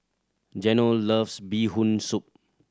Geno loves Bee Hoon Soup